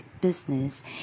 business